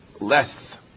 less